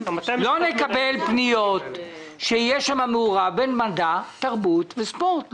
יותר פניות שיש בהן ערבוב בין מדע, תרבות וספורט.